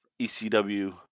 ECW